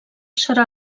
serà